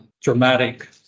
Dramatic